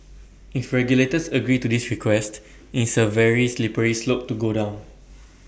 if regulators agree to this request IT is A very slippery slope to go down